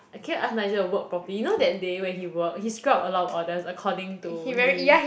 can you ask Nigel to work properly you know that day when he work he screw up a lot of orders according to Lee